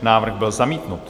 Návrh byl zamítnut.